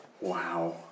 Wow